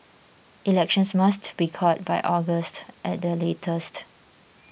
elections must be called by August at the latest